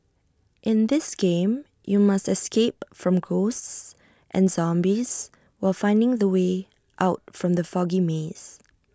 in this game you must escape from ghosts and zombies while finding the way out from the foggy maze